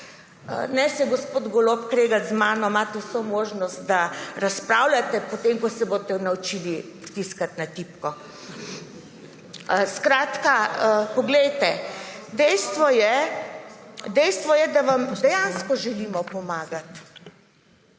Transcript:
Ne se, gospod Golob, kregati z mano, imate vso možnost, da razpravljate, potem ko se boste naučili pritiskati na tipko. Skratka, dejstvo je, da vam dejansko želimo pomagati